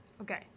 Okay